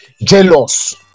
jealous